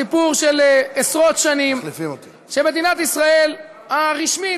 סיפור של עשרות שנים שמדינת ישראל הרשמית